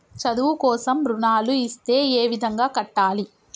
చదువు కోసం రుణాలు ఇస్తే ఏ విధంగా కట్టాలి?